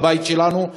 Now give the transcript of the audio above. לבית שלנו,